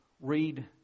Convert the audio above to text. read